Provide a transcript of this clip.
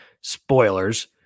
spoilers